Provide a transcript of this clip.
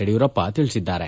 ಯಡಿಯೂರಪ್ಪ ತಿಳಿಸಿದ್ದಾರೆ